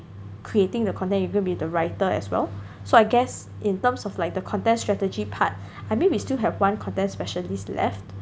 creating the content you are going to be the writer as well so I guess in terms of like the content strategy part I mean we still have one content specialist left